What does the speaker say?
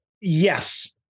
Yes